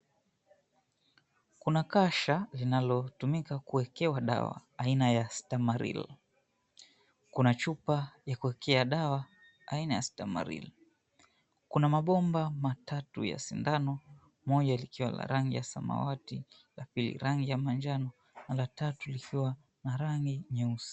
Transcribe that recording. Kuna kasha, inalotumika kuekea dawa aina ya Stamaril. Kuna chupa ya kuekea dawa aina ya Stamaril. Kuna mabomba matatu ya sindano moja likiwa rangi ya samawati la pili rangi ya manjano na la tatu likiwa na rangi nyeusi.